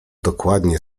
dokładnie